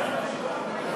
ייעודי),